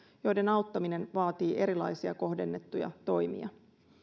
joiden auttaminen vaatii erilaisia kohdennettuja toimia